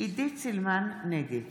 נגד